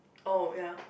oh ya